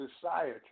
society